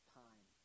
time